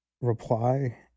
reply